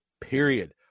Period